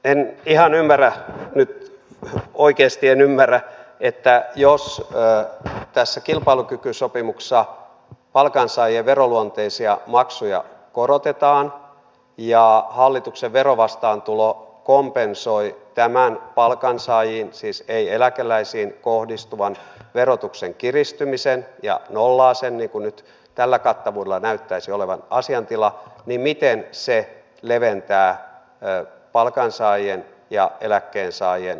en ihan ymmärrä nyt oikeasti en ymmärrä että jos tässä kilpailukykysopimuksessa palkansaajien veroluonteisia maksuja korotetaan ja hallituksen verovastaantulo kompensoi tämän palkansaajiin siis ei eläkeläisiin kohdistuvan verotuksen kiristymisen ja nollaa sen niin kuin nyt tällä kattavuudella näyttäisi olevan asiantila niin miten se leventää palkansaajien ja eläkkeensaajien verotuksen eroa